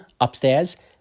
upstairs